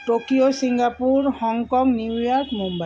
Tokyo Singapore Hong Kong New York Mumbai